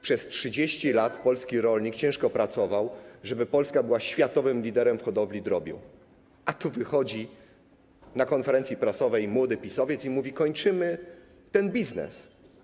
Przez 30 lat polski rolnik ciężko pracował, żeby Polska była światowym liderem w hodowli drobiu, a tu wychodzi na konferencji prasowej młody PiS-owiec i mówi: kończymy z tym biznesem.